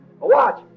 Watch